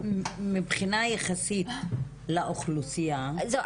היא מבחינה יחסית לאוכלוסייה- -- זהו,